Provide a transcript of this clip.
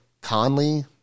Conley